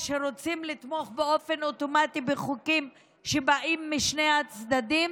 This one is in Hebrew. שלא רוצים לתמוך באופן אוטומטי בחוקים שבאים משני הצדדים